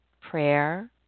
prayer